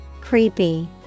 Creepy